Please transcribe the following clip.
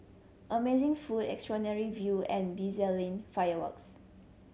amazing food extraordinary view and bedazzling fireworks